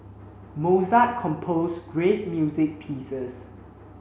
Mozart composed great music pieces